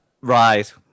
Right